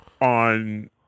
on